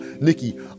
Nikki